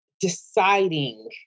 deciding